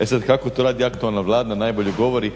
E sad kako to radi aktualna Vlada najbolje govori